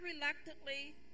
reluctantly